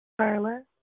Carla